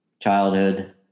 childhood